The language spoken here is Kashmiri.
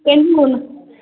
بِلکُل